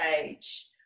age